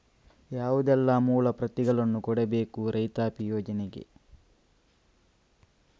ಯಾವುದೆಲ್ಲ ಮೂಲ ಪ್ರತಿಗಳನ್ನು ಕೊಡಬೇಕು ರೈತಾಪಿ ಯೋಜನೆಗೆ?